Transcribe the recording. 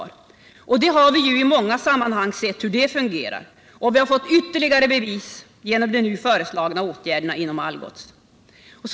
Hur det fungerar har vi sett i många andra sammanhang, och vi har nu fått ytterligare bevis genom de föreslagna åtgärderna inom Algots.